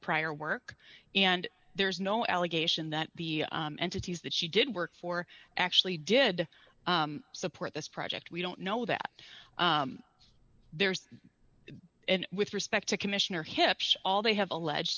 prior work and there's no allegation that the entities that she did work for actually did support this project we don't know that there's and with respect to commissioner hips all they have allege